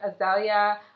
Azalea